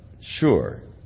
sure